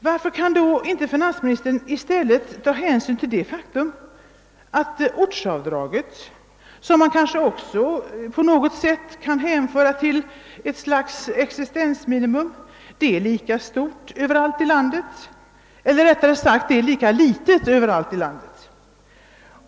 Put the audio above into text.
Varför kan finansministern då inte i stället ta hänsyn till det faktum att ortsavdraget — som man kanske också kan hänföra till ett slags »existensminimum» — är lika stort överallt i landet, eller rättare sagt lika litet över hela landet?